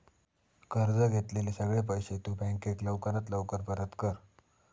कर्ज घेतलेले सगळे पैशे तु बँकेक लवकरात लवकर परत कर